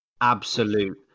Absolute